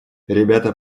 ребята